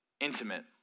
intimate